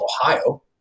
Ohio